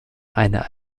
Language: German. eine